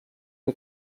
que